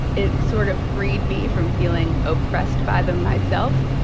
it sort of freed me from feeling oppressed by them myself,